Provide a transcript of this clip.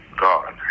God